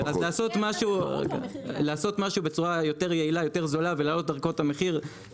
לעשות משהו בצורה יותר יעילה ויותר זולה ולהעלות דרכה את המחיר,